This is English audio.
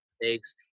mistakes